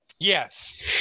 Yes